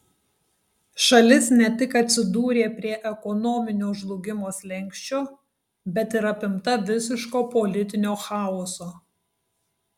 šalis ne tik atsidūrė prie ekonominio žlugimo slenksčio bet ir apimta visiško politinio chaoso